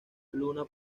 luna